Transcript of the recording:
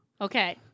Okay